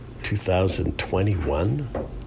2021